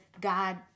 God